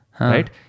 right